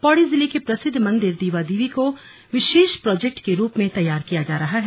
पौड़ी जिले के प्रसिद्ध मंदिर दीवा देवी को विशेष प्रोजेक्ट को रूप में तैयार किया जा रहा है